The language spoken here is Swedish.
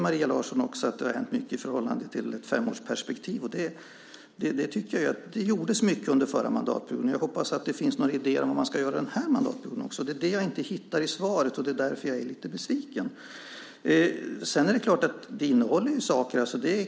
Maria Larsson säger att det har hänt mycket i ett femårsperspektiv. Det tycker jag. Det gjordes mycket under den förra mandatperioden. Jag hoppas att det finns några idéer om vad man ska göra den här mandatperioden också. Det är det jag inte hittar i svaret, och det är därför jag är lite besviken. Det är klart att det innehåller saker.